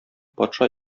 патша